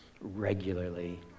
Regularly